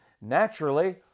Naturally